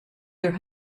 their